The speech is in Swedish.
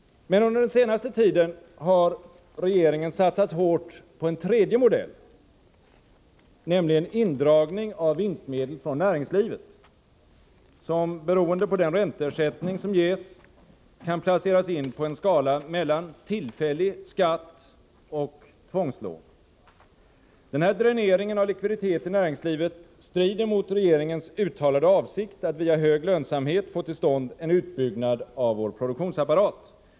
Under den senaste tiden har regeringen satsat hårt på en tredje modell, nämligen indragning av vinstmedel från näringslivet, som beroende på den ränteersättning som ges kan placeras in på en skala mellan tillfällig skatt och tvångslån. Den här dräneringen av likviditet i näringslivet strider mot regeringens uttalade avsikt att via hög lönsamhet få till stånd en utbyggnad av vår produktionsapparat.